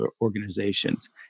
organizations